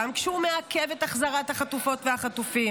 גם כשהוא מעכב את החזרת החטופות והחטופים,